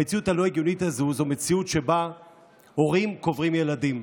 המציאות הלא-הגיונית הזו זו מציאות שבה הורים קוברים ילדים.